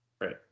Right